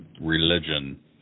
religion